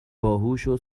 باهوشو